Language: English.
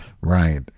right